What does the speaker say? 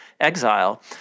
exile